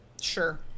Sure